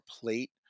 plate